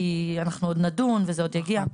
כי אנחנו עוד נדון בזה וזה עוד יגיע.